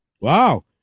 Wow